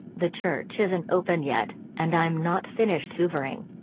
the church isn't open yet, and i'm not finished hoovering.